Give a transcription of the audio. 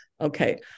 okay